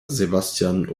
sebastian